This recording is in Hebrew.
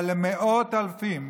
אבל למאות אלפים,